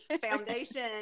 foundation